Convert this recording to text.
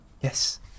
Yes